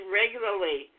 regularly